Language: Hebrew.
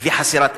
וחסרת אתיקה,